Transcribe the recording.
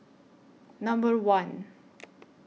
Number one